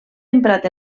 emprat